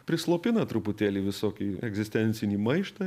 prislopina truputėlį visokį egzistencinį maištą